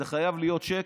זה חייב להיות צ'ק,